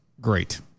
Great